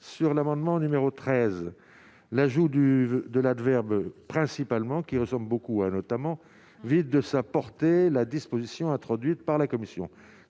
sur l'amendement numéro 13 l'ajout du de l'adverbe principalement qui ressemblent beaucoup à notamment vite de sa portée la disposition introduite par la commission,